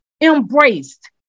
embraced